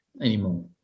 anymore